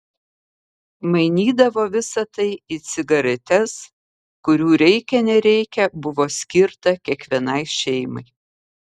mainydavo visa tai į cigaretes kurių reikia nereikia buvo skirta kiekvienai šeimai